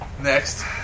next